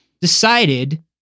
decided